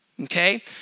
Okay